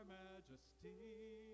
majesty